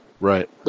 right